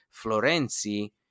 Florenzi